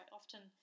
often